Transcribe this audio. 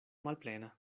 malplena